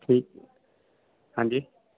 ਠੀਕ ਹੈ ਹਾਂਜੀ